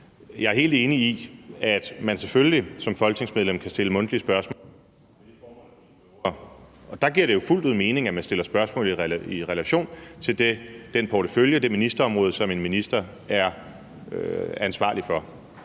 Jeg er helt enig i, at man selvfølgelig som folketingsmedlem kan stille mundtlige spørgsmål med det formål at blive klogere, og der giver det jo fuldt ud mening, at man stiller spørgsmål i relation til den portefølje, det ministerområde, som en minister er ansvarlig for.